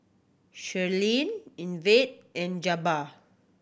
Sherlyn Ivette and Jabbar